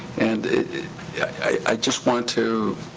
and yeah i just want to.